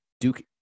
Duke